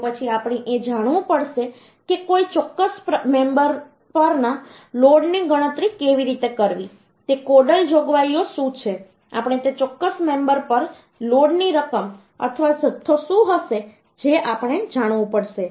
તો પછી આપણે એ જાણવું પડશે કે કોઈ ચોક્કસ મેમબરપરના લોડની ગણતરી કેવી રીતે કરવી તે કોડલ જોગવાઈઓ શું છે આપણે તે ચોક્કસ મેમબરપર લોડની રકમ અથવા જથ્થો શું હશે જે આપણે જાણવું પડશે